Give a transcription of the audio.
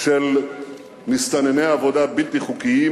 של מסתנני עבודה בלתי חוקיים,